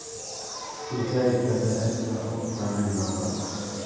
सिंचाईर केते एकटा उपकरनेर नाम बता?